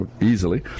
easily